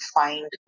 find